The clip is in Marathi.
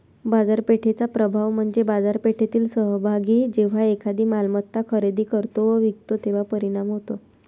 बाजारपेठेचा प्रभाव म्हणजे बाजारपेठेतील सहभागी जेव्हा एखादी मालमत्ता खरेदी करतो व विकतो तेव्हा परिणाम होतो